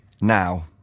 Now